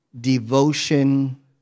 devotion